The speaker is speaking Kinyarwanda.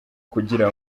kugira